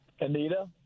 Anita